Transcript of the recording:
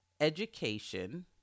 education